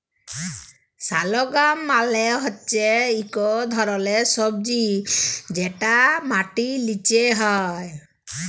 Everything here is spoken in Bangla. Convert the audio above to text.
শালগাম মালে হচ্যে ইক ধরলের সবজি যেটা মাটির লিচে হ্যয়